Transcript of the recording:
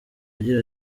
agira